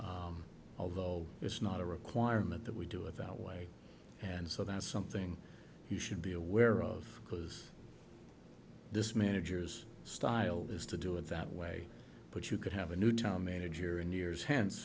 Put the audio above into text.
although it's not a requirement that we do it that way and so that's something you should be aware of because this manager's style is to do it that way but you could have a new town manager in years h